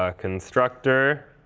ah constructor,